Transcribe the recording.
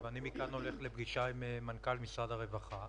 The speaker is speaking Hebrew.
מה עם אחרים שאין להם?